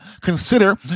consider